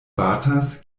batas